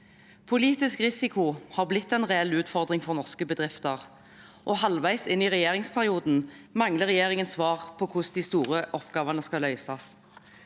Politisk risiko har blitt en reell utfordring for norske bedrifter, og halvveis inn i regjeringsperioden mangler regjeringen svar på hvordan de store oppgavene skal løses.